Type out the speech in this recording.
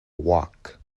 walk